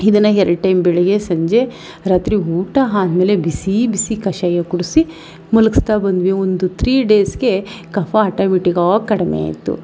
ಇದನ್ನ ಎರಡು ಟೈಮ್ ಬೆಳಗ್ಗೆ ಸಂಜೆ ರಾತ್ರಿ ಊಟ ಆದ್ಮೇಲೆ ಬಿಸಿ ಬಿಸಿ ಕಷಾಯ ಕುಡಿಸಿ ಮಲಗಿಸ್ತಾ ಬಂದ್ವಿ ಒಂದು ತ್ರೀ ಡೇಸಿಗೆ ಕಫಾ ಆಟೋಮ್ಯಾಟಿಕ್ಕಾಗಿ ಕಡಿಮೆಯಾಯಿತು